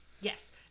Yes